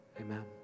amen